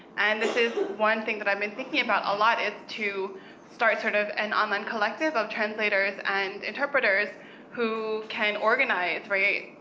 and this is one thing that i've been thinking about a lot, is to start sort of an online collective of translators and interpreters who can organize, right?